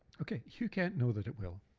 okay, you can't know that it will,